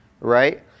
right